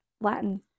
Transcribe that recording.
Latin